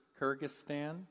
Kyrgyzstan